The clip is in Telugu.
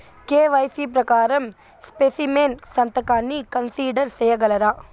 కె.వై.సి ప్రకారం స్పెసిమెన్ సంతకాన్ని కన్సిడర్ సేయగలరా?